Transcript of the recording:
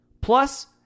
Plus